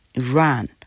Iran